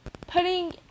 putting